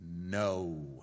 No